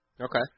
Okay